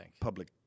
Public